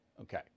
Okay